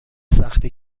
سختی